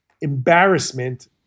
embarrassment